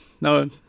no